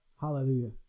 Hallelujah